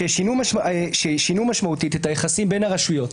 ששינו משמעותית את היחסים בין הרשויות,